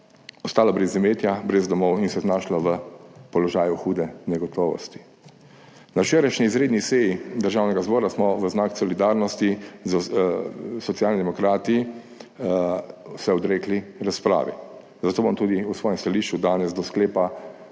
ostalo brez imetja, brez domov in se znašla v položaju hude negotovosti. Na včerajšnji izredni seji Državnega zbora smo se v znak solidarnosti Socialni demokrati odrekli razpravi, zato bom tudi v svojem stališču danes do Sklepa